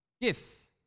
Gifts